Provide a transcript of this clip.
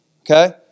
Okay